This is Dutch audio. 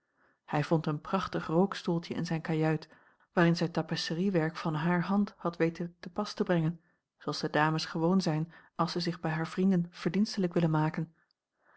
hij vond een prachtig rookstoeltje in zijne kajuit waarin zij tapisseriewerk van hare hand had weten te pas te brena l g bosboom-toussaint langs een omweg gen zooals de dames gewoon zijn als zij zich bij hare vrienden verdienstelijk willen maken